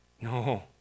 No